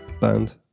band